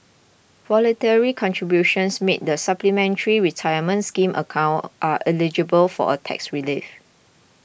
voluntary contributions made the Supplementary Retirement Scheme account are eligible for a tax relief